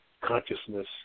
consciousness